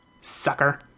sucker